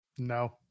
no